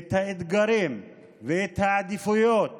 את האתגרים ואת העדיפויות